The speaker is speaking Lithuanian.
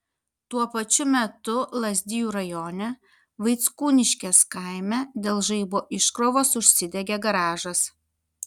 tuo pačiu metu lazdijų rajone vaickūniškės kaime dėl žaibo iškrovos užsidegė garažas